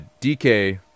DK